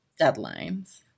deadlines